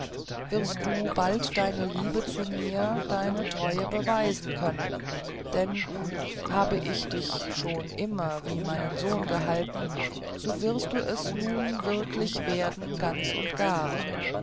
wirst du bald deine liebe zu mir deine treue beweisen können denn habe ich dich schon immer wie meinen sohn gehalten so wirst du es nun wirklich werden ganz und gar